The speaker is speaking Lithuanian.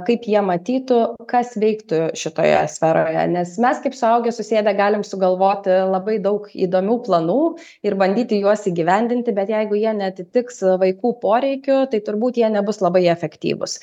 kaip jie matytų kas veiktų šitoje sferoje nes mes kaip suaugę susėdę galim sugalvoti labai daug įdomių planų ir bandyti juos įgyvendinti bet jeigu jie neatitiks vaikų poreikių tai turbūt jie nebus labai efektyvūs